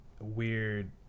weird